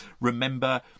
remember